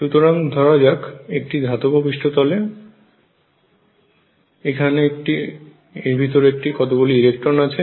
সুতরাং ধরা যাক একটি ধাতব পৃষ্ঠতলে এখানে এর ভিতরে কতগুলি ইলেকট্রন আছে